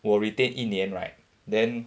我 retain 一年 right then